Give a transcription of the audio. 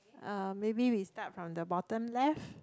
uh maybe we start from the bottom left